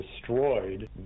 destroyed